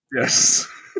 Yes